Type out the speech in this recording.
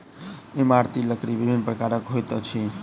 इमारती लकड़ी विभिन्न प्रकारक होइत अछि